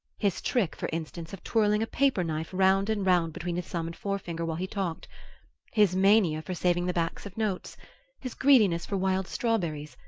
his trick, for instance, of twirling a paper-knife round and round between his thumb and forefinger while he talked his mania for saving the backs of notes his greediness for wild strawberries,